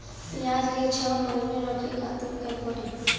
प्याज के छह महीना रखे खातिर का करी?